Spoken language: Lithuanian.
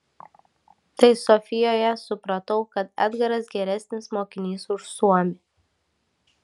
tai sofijoje supratau kad edgaras geresnis mokinys už suomį